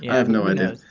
yeah have no idea.